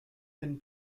and